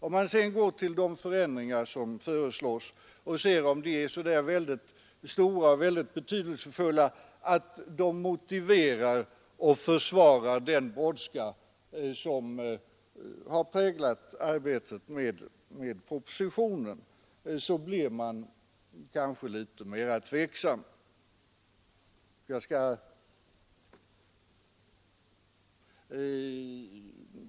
Om man sedan betraktar de förändringar som föreslås och ser efter om de är så väldigt stora och betydelsefulla att de motiverar och försvarar den brådska som har präglat arbetet med propositionen, blir man kanske litet mera tveksam.